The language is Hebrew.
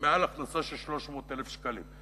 מעל הכנסה של 300,000 שקלים.